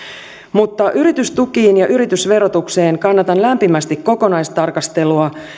mutta yritystukiin ja yritysverotukseen kannatan lämpimästi kokonaistarkastelua